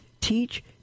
teach